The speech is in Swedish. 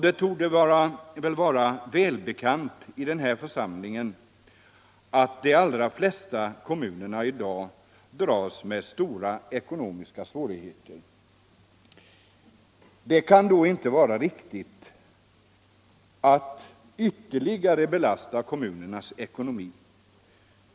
Det torde vara välbekant i denna församling att de allra flesta kommuner i dag dras med stora ekonomiska svårigheter. Det kan då inte vara riktigt att ytterligare belasta kommunernas ekonomi.